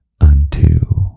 unto